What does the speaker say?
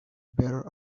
better